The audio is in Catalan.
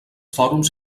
fòrums